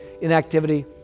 inactivity